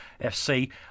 FC